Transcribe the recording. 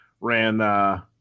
Ran